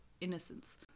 innocence